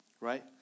right